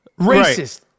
racist